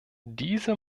diese